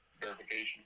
verification